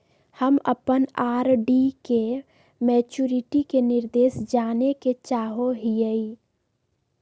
हम अप्पन आर.डी के मैचुरीटी के निर्देश जाने के चाहो हिअइ